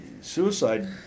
suicide